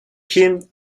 him